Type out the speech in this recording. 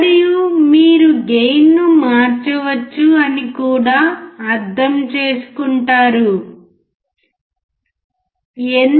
మరియు మీరు గెయిన్ ను మార్చవచ్చు అని కూడా అర్థం చేసుకుంటారు మేము